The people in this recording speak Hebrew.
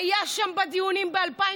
היה שם בדיונים ב-2015,